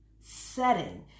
setting